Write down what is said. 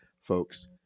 folks